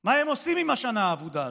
מה הם עושים עם השנה האבודה הזאת?